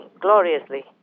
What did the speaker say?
gloriously